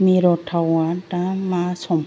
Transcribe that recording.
मिर'ताव दा मा सम